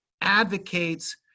advocates